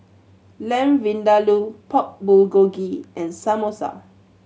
Lamb Vindaloo Pork Bulgogi and Samosa